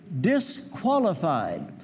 disqualified